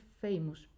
famous